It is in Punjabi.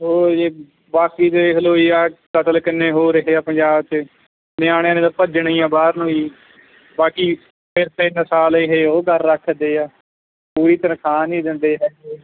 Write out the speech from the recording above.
ਹੋਰ ਜੀ ਬਾਕੀ ਦੇਖ ਲਓ ਆਹ ਕਤਲ ਕਿੰਨੇ ਹੋ ਰਹੇ ਆ ਪੰਜਾਬ 'ਚ ਨਿਆਣਿਆਂ ਨੇ ਤਾਂ ਭੱਜਣਾ ਹੀ ਆ ਬਾਹਰ ਨੂੰ ਜੀ ਬਾਕੀ ਫਿਰ ਤਿੰਨ ਸਾਲ ਇਹ ਉਹ ਕਰ ਰੱਖਦੇ ਆ ਕੋਈ ਤਨਖ਼ਾਹ ਨਹੀਂ ਦਿੰਦੇ ਹੈਗੇ